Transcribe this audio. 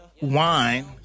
wine